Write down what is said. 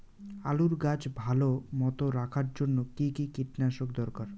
আলুর গাছ ভালো মতো রাখার জন্য কী কী কীটনাশক দরকার?